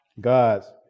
God's